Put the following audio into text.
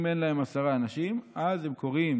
אם אין להם עשרה אנשים, אז הם קוראים